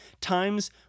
Times